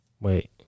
Wait